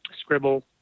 scribble